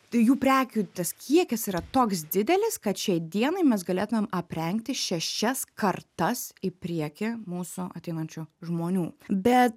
tai jų prekių tas kiekis yra toks didelis kad šiai dienai mes galėtumėm aprengti šešias kartas į priekį mūsų ateinančių žmonių bet